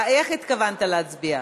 איך התכוונת להצביע?